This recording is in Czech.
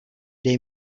dej